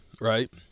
Right